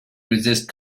resist